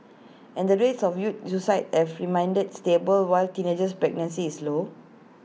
and the rates of youth suicide have reminded stable while teenage pregnancy is low